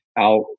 out